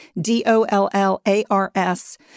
D-O-L-L-A-R-S